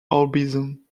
orbison